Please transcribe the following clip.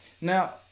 now